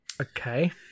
Okay